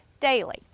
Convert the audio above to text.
daily